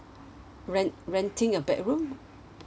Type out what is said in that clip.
rent renting a bedroom